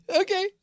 Okay